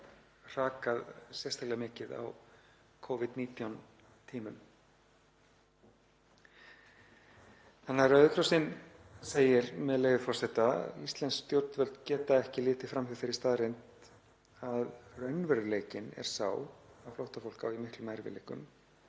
hrakað sérstaklega mikið á Covid-19 tímum. Þannig að Rauði krossinn segir, með leyfi forseta: „Íslensk stjórnvöld geta ekki litið framhjá þeirri staðreynd að raunveruleikinn er sá að flóttafólk á í miklum erfiðleikum